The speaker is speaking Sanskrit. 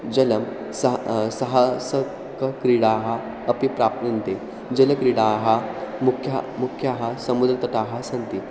जलं साहस क्रीडाः अपि प्राप्नुवन्ति जलक्रीडाः मुख्याः मुख्याः समुद्रतटाः सन्ति